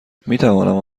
میتوانم